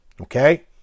okay